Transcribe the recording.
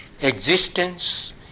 Existence